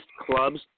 clubs